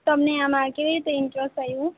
તમને આમાં કેવી રીતે ઇન્ટરેસ્ટ આયવું